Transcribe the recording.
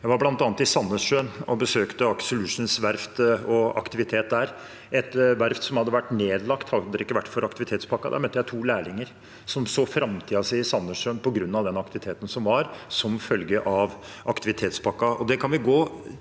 Jeg var bl.a. i Sandnessjøen og besøkte Aker Solutions verft og så deres aktivitet der – et verft som hadde vært nedlagt hadde det ikke vært for aktivitetspakken. Der møtte jeg to lærlinger som så framtiden sin i Sandessjøen på grunn av aktiviteten som var der som følge av aktivitetspakken.